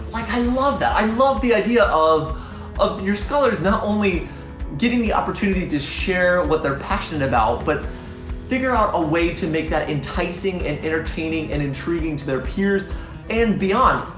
i love that, i love the idea of of your scholars not only getting the opportunity to share what they're passionate about, but figure out a way to make that enticing and entertaining and intriguing to their peers and beyond.